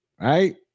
right